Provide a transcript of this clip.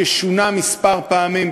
ששונה כמה פעמים,